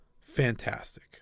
Fantastic